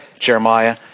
Jeremiah